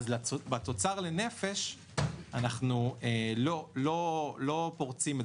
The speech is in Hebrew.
בתוצר לנפש אנחנו לא פורצים,